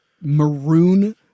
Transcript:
maroon